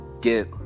get